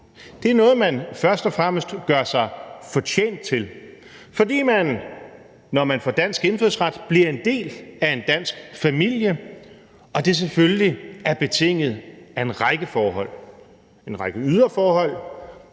Det er noget, man først og fremmest gør sig fortjent til, fordi man, når man får dansk indfødsret, bliver en del af en dansk familie, og at det selvfølgelig er betinget af en række forhold. En række ydre forhold